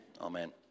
Amen